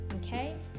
Okay